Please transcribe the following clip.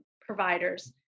providers